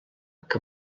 que